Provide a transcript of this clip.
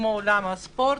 עולם הספורט,